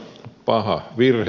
paha virhe